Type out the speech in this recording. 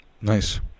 Nice